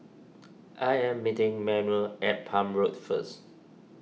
I am meeting Manuel at Palm Road first